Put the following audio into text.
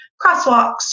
crosswalks